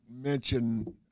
mention